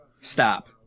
Stop